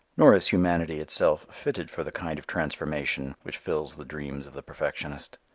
nor is humanity itself fitted for the kind of transformation which fills the dreams of the perfectionist.